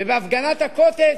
ובהפגנת ה"קוטג'"